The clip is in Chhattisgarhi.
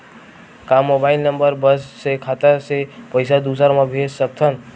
का मोबाइल नंबर बस से खाता से पईसा दूसरा मा भेज सकथन?